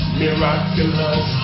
miraculous